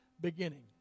beginning